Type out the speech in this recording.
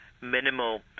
minimal